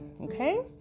Okay